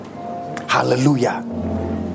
hallelujah